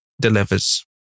delivers